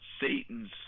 Satan's